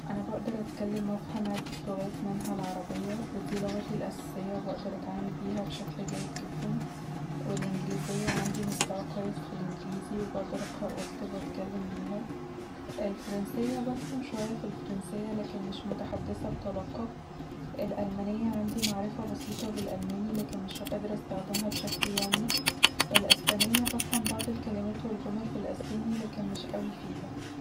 انا بقدر اتكلم وافهم عدة لغات منها العربية ودي لغتي الأساسية، وبقدر أتعامل بيها بشكل جيد جداً. والإنجليزية عندي مستوى كويس في الإنجليزي، وبقدر أقرأ وأكتب وأتكلم بيها الفرنسية بفهم شوية في الفرنسية، لكن مش متحدثه بطلاقة، الألمانية عندي معرفة بسيطة بالألماني، لكن مش قادره أستخدمها بشكل يومي. الإسبانية بفهم بعض الكلمات والجمل في الإسباني، لكن مش أوي فيها